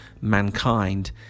mankind